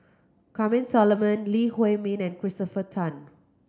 Solomon Lee Huei Min and Christopher Tan